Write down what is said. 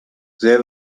they